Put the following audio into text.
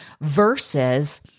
versus